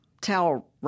towel